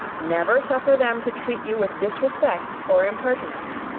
never suffer them to treat you with disrespect or impertinence.